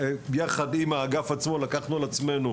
ביחד עם האגף אנחנו הרשויות לקחנו על עצמנו,